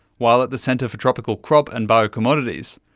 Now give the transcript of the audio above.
while at the centre for tropical crop and biocommodities,